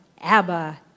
Abba